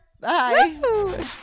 bye